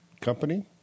company